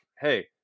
hey